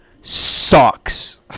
sucks